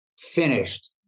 Finished